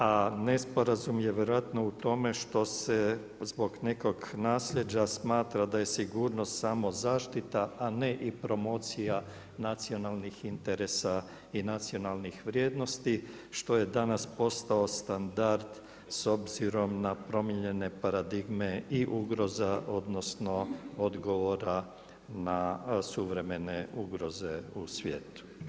A nesporazum je vjerojatno u tome što se zbog nekog naslijeđa smatra da je sigurnost samo zaštita, a ne i promocija nacionalnih interesa i nacionalnih vrijednosti, što je danas postao standard, s obzirom na promijenjene paradigme i ugroza, odnosno odgovora na suvremene ugroze u svijetu.